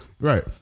Right